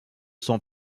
son